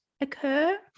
occur